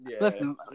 Listen